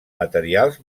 materials